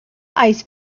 ice